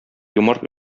юмарт